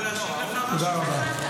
תודה רבה.